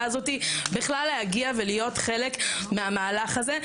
הזאת בכלל להגיע ולהיות חלק מהמהלך הזה.